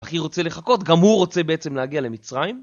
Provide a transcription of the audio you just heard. הכי רוצה לחכות, גם הוא רוצה בעצם להגיע למצרים